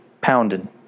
pounding